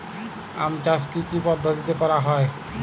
আম চাষ কি কি পদ্ধতিতে করা হয়?